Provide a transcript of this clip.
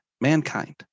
mankind